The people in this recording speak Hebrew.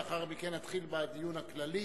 לאחר מכן נתחיל בדיון הכללי,